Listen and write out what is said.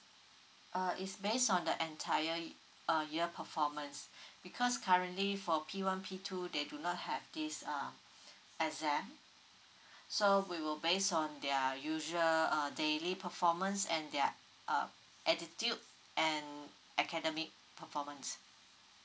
uh it's based on the entire y~ uh your performance because currently for P one P two they do not have this uh exam so we will based on their usual err daily performance and their uh attitude and academic performance